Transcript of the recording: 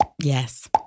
Yes